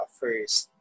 first